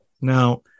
now